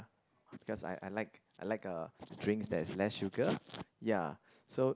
because I I like I like uh drinks that is less sugar ya so